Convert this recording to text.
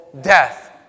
death